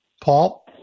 Paul